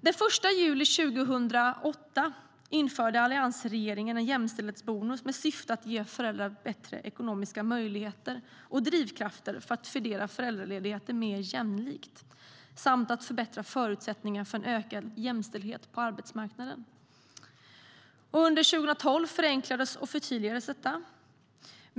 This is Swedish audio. Den 1 juli 2008 införde Alliansregeringen en jämställdhetsbonus med syftet att ge föräldrar bättre ekonomiska möjligheter och drivkrafter för att fördela föräldraledigheten mer jämlikt samt förbättra förutsättningarna för en ökad jämställdhet på arbetsmarknaden. Under 2012 förenklades och förtydligades detta.